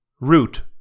Root